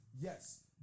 yes